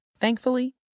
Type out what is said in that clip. Thankfully